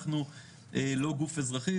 אנחנו לא גוף אזרחי,